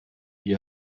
ihr